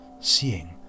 seeing